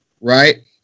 right